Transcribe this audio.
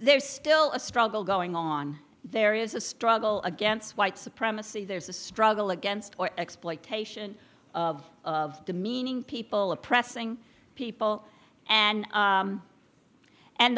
there is still a struggle going on there is a struggle against white supremacy there's a struggle against or exploitation of of demeaning people oppressing people and